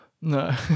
No